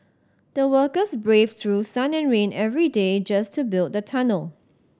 the workers braved through sun and rain every day just to build the tunnel